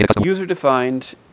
User-defined